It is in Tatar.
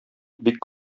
бик